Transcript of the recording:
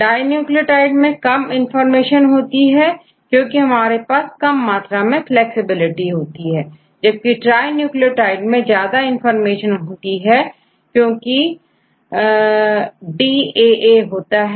dinucleotide में कम information होती है क्योंकि हमारे पासकम मात्रा की पॉसिबिलिटी होती है जबकि ट्राई न्यूक्लियोटाइड्स में ज्यादा इंफॉर्मेशन होती है क्योंकिDAA होता है